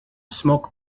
smoke